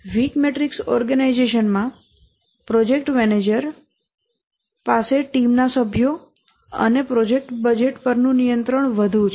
week matrix organization માં project manager પાસે ટીમના સભ્યો અને પ્રોજેક્ટ બજેટ પરનું નિયંત્રણ વધુ છે